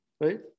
Right